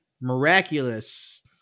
miraculous